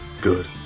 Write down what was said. Good